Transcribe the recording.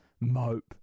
Mope